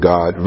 God